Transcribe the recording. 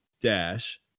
dash